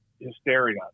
hysteria